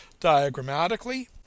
diagrammatically